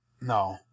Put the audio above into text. No